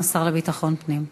השר לביטחון פנים.